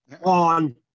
on